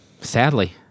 Sadly